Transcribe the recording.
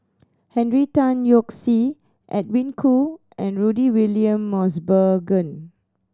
Henry Tan Yoke See Edwin Koo and Rudy William Mosbergen